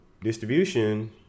distribution